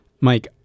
Mike